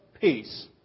peace